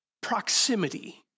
proximity